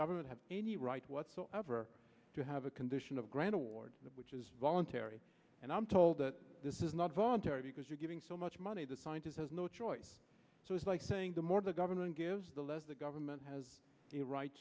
government have any right whatsoever to have a condition of grand award which is voluntary and i'm told that this is not voluntary because you're giving so much money the scientists has no choice so it's like saying the more the government gives the less the government has a right